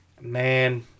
Man